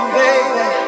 baby